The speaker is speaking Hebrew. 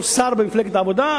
כל שר במפלגת העבודה,